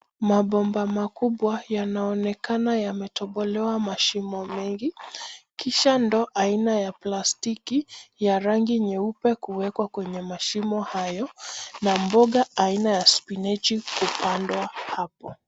Mabomba makubwa yanaonekana yametobolewa mashimo mengi, kisha ndoo aina ya plastiki ya rangi nyeupe kuekwa kwenye mashimo hayo, na mboga aina ya spinechi kupandwa hapo.